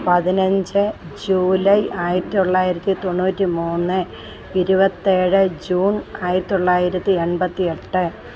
പതിനഞ്ച് ജൂലൈ ആയിരത്തി തൊള്ളായിരത്തി തൊണ്ണൂറ്റി മൂന്ന് ഇരുപത്തേഴ് ജൂണ് ആയിരത്തി തൊള്ളായിരത്തി എണ്പത്തി എട്ട്